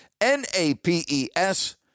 N-A-P-E-S